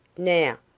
now,